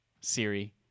Siri